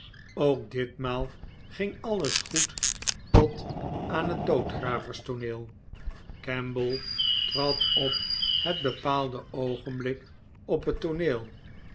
ook ditmaal ging alles goed tot aan het doodgravers tooneel kemble trad op het bepaalde oogenblik op het tooneel